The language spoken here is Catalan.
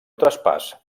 traspàs